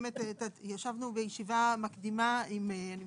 ישבנו בישיבה מקדימה עם משרדים רבים ועם